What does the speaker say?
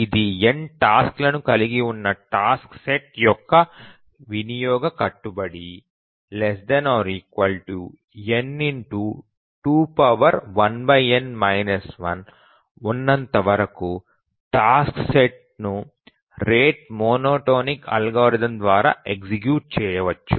ఇది n టాస్క్లను కలిగి ఉన్న టాస్క్ సెట్ యొక్క వినియోగ కట్టుబడి ≤ n 21n 1 ఉన్నంత వరకు టాస్క్ సెట్ను రేటు మోనోటోనిక్ అల్గోరిథం ద్వారా ఎగ్జిక్యూట్ చేయవచ్చు